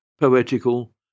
poetical